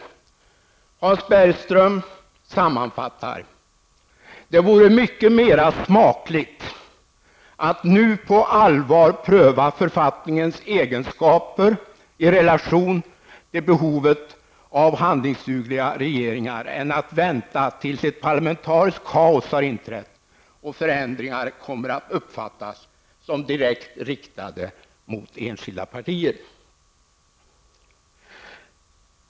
Hans Bergström sammanfattar: Det vore mycket mera smakligt att nu på allvar pröva författningens egenskaper i relation till behovet av handlingsdugliga regeringar än att vänta tills ett parlamentariskt kaos har inträtt och förändringar kommer att uppfattas som direkt riktade mot enskilda partier.